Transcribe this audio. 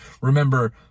Remember